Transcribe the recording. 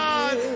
God